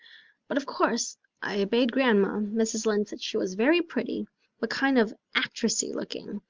but of course i obeyed grandma. mrs. lynde said she was very pretty but kind of actressy looking,